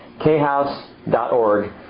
khouse.org